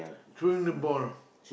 throwing the ball